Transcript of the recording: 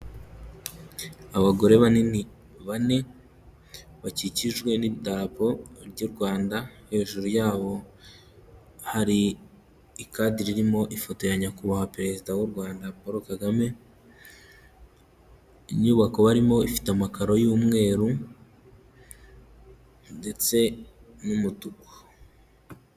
Abagore banini bane, bakikijwe n'idarapo ry'u Rwanda, hejuru yabo hari ikadiri irimo ifoto ya nyakubahwa perezida w'u Rwanda Paul Kagame, inyubako barimo ifite amakaro y'umweru ndetse n'umutuku.